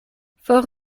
for